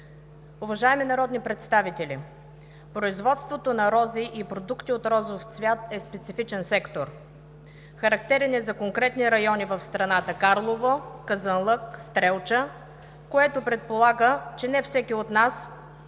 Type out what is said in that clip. Уважаеми народни представители, производството на рози и продукти от розов цвят е специфичен сектор. Характерен е за конкретни райони в страната – Карлово, Казанлък, Стрелча, което предполага, че не всеки от нас